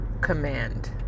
command